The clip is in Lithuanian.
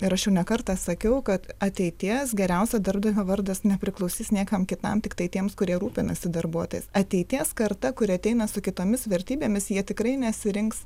ir aš jau ne kartą sakiau kad ateities geriausio darbdavio vardas nepriklausys niekam kitam tiktai tiems kurie rūpinasi darbuotojais ateities karta kuri ateina su kitomis vertybėmis jie tikrai nesirinks